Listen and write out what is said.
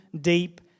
deep